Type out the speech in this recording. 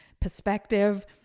perspective